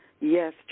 Yes